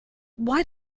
why